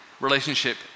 relationship